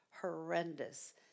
horrendous